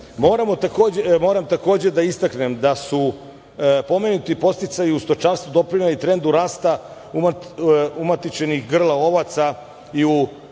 takođe da istaknem da su pomenuti podsticaji u stočarstvu doprineli trendu rasta umatičenih grla ovaca i u